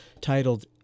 titled